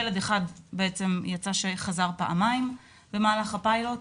ילד אחד, בעצם יצא שחזר פעמיים במהלך הפיילוט.